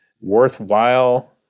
worthwhile